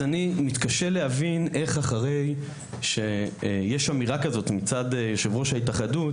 אז אני מתקשה להבין איך אמירה כזאת של יו"ר ההתאחדות,